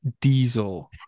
Diesel